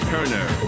Turner